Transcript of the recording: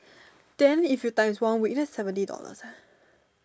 then if you times one week that's seventy dollars eh